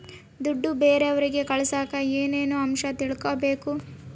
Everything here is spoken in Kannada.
ದುಡ್ಡು ಬೇರೆಯವರಿಗೆ ಕಳಸಾಕ ಏನೇನು ಅಂಶ ತಿಳಕಬೇಕು?